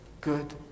good